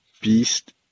beast